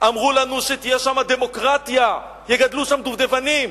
אמרו לנו שתהיה שם דמוקרטיה, שיגדלו שם דובדבנים.